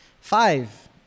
five